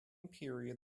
period